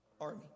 Army